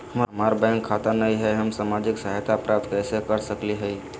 हमार बैंक खाता नई हई, हम सामाजिक सहायता प्राप्त कैसे के सकली हई?